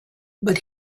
but